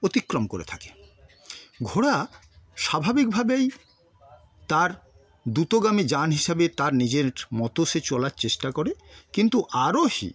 অতিক্রম করে থাকে ঘোড়া স্বাভাবিকভাবেই তার দ্রুতগামী যান হিসাবে তার নিজের মতো সে চলার চেষ্টা করে কিন্তু আরোহী